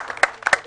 מודה